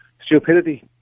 stupidity